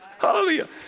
Hallelujah